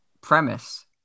premise